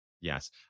Yes